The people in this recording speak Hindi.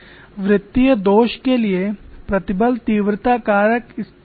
वृत्तीय दोष के लिए प्रतिबल तीव्रता कारक स्थिर रहा